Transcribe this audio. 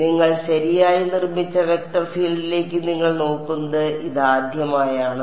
അതിനാൽ നിങ്ങൾ ശരിയായി നിർമ്മിച്ച വെക്റ്റർ ഫീൽഡിലേക്ക് നിങ്ങൾ നോക്കുന്നത് ഇതാദ്യമായാണ്